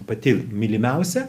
pati mylimiausia